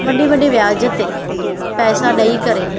वॾे वॾे व्याजु ते पैसा ॾेई करे